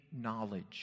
knowledge